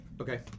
Okay